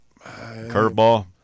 Curveball